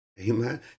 Amen